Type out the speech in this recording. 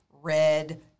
red